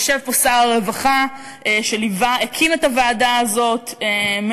יושב פה שר הרווחה שהקים את הוועדה הזאת,